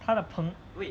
他的朋